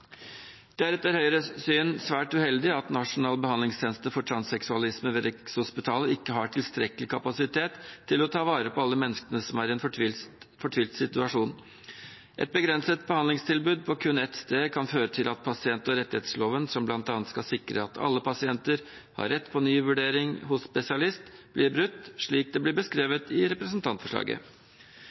Det er etter Høyres syn svært uheldig at Nasjonal behandlingstjeneste for transseksualisme ved Rikshospitalet ikke har tilstrekkelig kapasitet til å ta vare på alle menneskene som er i en fortvilt situasjon. Et begrenset behandlingstilbud på kun ett sted kan føre til at pasient- og brukerrettighetsloven, som bl.a. skal sikre at alle pasienter har rett på ny vurdering hos spesialist, blir brutt – slik det blir beskrevet i representantforslaget.